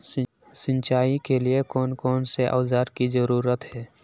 सिंचाई के लिए कौन कौन से औजार की जरूरत है?